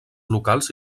locals